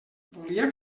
volia